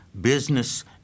business